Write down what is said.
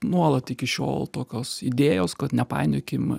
nuolat iki šiol tokios idėjos kad nepainiokim